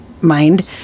mind